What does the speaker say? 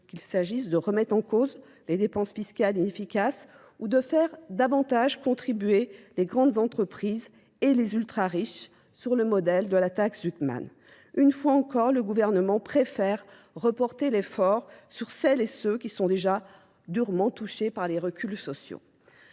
qu'il s'agisse de remettre en cause les dépenses fiscales inefficaces ou de faire davantage contribuer les grandes entreprises et les ultrariches sur le modèle de la taxe Zuckman. Une fois encore, le gouvernement préfère reporter l'effort sur celles et ceux qui sont déjà durement touchés par les reculs sociaux.